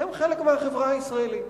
הם חלק מהחברה הישראלית.